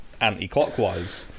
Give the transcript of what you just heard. anti-clockwise